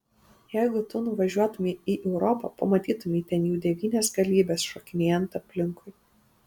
jeigu tu nuvažiuotumei į europą pamatytumei ten jų devynias galybes šokinėjant aplinkui